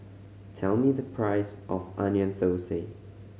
tell me the price of Onion Thosai